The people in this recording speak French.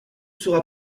sera